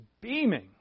beaming